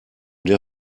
der